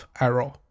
arrow